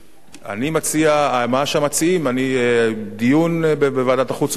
אני מציע מה שהמציעים, דיון בוועדת החוץ והביטחון.